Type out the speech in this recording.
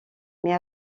mais